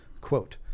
Quote